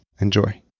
Enjoy